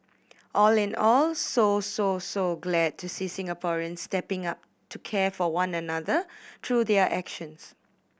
all in all so so so glad to see Singaporeans stepping up to care for one another through their actions